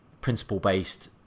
principle-based